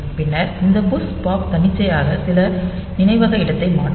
பின்னர் இந்த push pop தன்னிச்சையாக சில நினைவக இடத்தை மாற்றும்